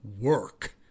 work